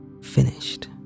finished